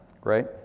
right